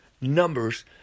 numbers